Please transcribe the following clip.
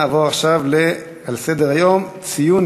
נעבור להצעות לסדר-היום מס' 2932,